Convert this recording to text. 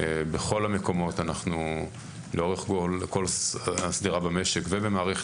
בכל המקומות לאורך כל השדרה במשק ובמערכת